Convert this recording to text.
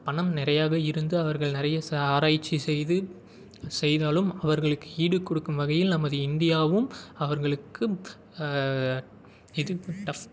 பணம் நிறையாவே இருந்து அவர்கள் நிறைய சா ஆராய்ச்சி செய்து செய்தாலும் அவர்களுக்கு ஈடு கொடுக்கும் வகையில் நமது இந்தியாவும் அவர்களுக்கு எதிப்பு டஃப்